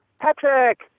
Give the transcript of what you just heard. Patrick